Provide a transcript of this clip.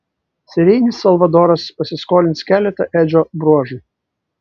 serijinis salvadoras pasiskolins keletą edžio bruožų